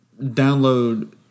download